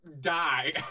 die